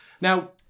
Now